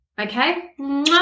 okay